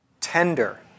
tender